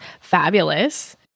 fabulous